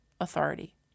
authority